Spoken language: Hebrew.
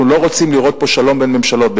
אנחנו לא רוצים לראות פה שלום בין ממשלות,